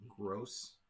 gross